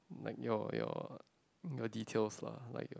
like your your your details lah like your